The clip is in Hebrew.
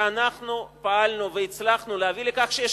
שאנחנו פעלנו והצלחנו להביא לכך שיש